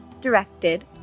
directed